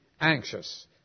anxious